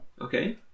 Okay